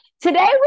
today